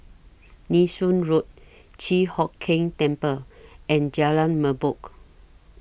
Nee Soon Road Chi Hock Keng Temple and Jalan Merbok